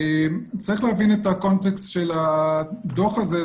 צריך להבין את הקונטקסט של הדוח הזה.